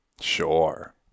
Sure